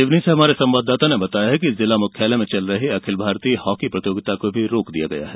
सिवनी से हमारे संवाददाता ने बताया कि जिला मुख्यालय में चल रही अखिल भारतीय हॉकी प्रतियोगिता को भी रोक दिया गया है